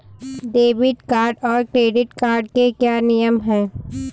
Debit card और credit card के क्या क्या नियम हैं?